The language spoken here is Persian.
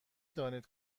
دانید